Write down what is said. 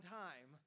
time